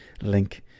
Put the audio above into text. link